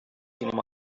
cinema